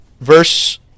verse